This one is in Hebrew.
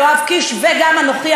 יואב קיש וגם אנוכי,